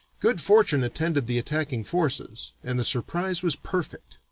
good fortune attended the attacking forces, and the surprise was perfect.